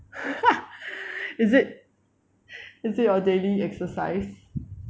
is it is it your daily exercise